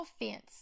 offense